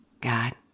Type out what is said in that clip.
God